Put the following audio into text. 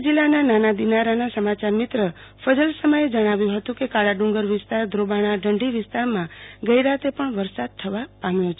તો જિલ્લાના નાના દિનારાના સમાચાર મિત્ર ફેજલ સમાચે જણાવ્યુ કે કાળા ડુંગર વિસ્તારધ્રોબાણાઢંઢી વિસ્તારમાં ગઈરાતે પણ વરસાદ થવા પોમ્યો છે